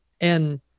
And-